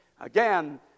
Again